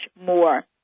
more